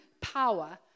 power